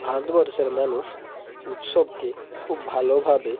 ভারতবর্ষের মানুষ উৎসবকে খুব ভালোভাবে